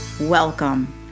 welcome